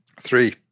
Three